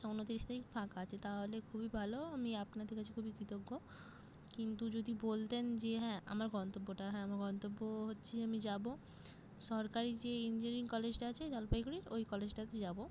উনতিরিশ তারিখ ফাঁকা আছে তাহলে খুবই ভালো আমি আপনাদের কাছে খুবই কৃতজ্ঞ কিন্তু যদি বলতেন যে হ্যাঁ আমার গন্তব্যটা হ্যাঁ আমার গন্তব্য হচ্ছে আমি যাবো সরকারি যে ইঞ্জিনিয়ারিং কলেজটা আছে জলপাইগুড়ির ওই কলেজটাতে যাবো